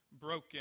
broken